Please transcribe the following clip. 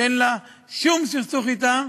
שאין לה שום סכסוך אתם,